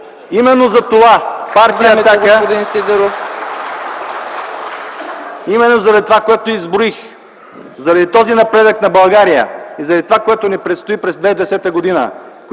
Именно затова Партия „Атака”, заради това, което изброих, заради този напредък на България, заради това, което ни предстои през 2010 г.,